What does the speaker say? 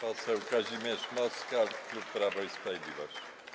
Poseł Kazimierz Moskal, klub Prawo i Sprawiedliwość.